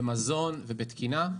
במזון ובתקינה,